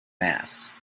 mass